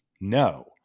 no